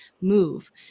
move